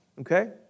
Okay